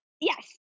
Yes